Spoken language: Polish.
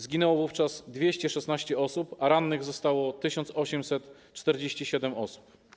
Zginęło w nich 216 osób, a rannych zostało 1847 osób.